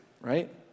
right